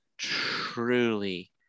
truly